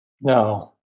No